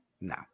No